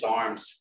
arms